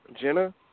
Jenna